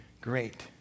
great